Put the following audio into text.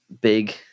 big